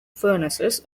furnaces